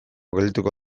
geldituko